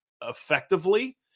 effectively